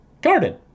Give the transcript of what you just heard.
Garden